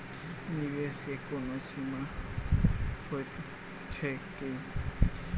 निवेश केँ कोनो सीमा होइत छैक की?